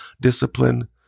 discipline